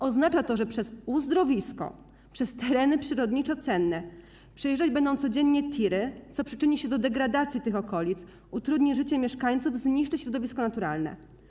Oznacza to, że przez uzdrowisko, przez tereny przyrodniczo cenne będą codziennie przejeżdżać tiry, co przyczyni się do degradacji tych okolic, utrudni życie mieszkańców i zniszczy środowisko naturalne.